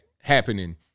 happening